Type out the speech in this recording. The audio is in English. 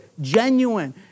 genuine